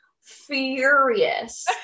furious